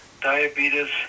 diabetes